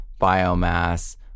biomass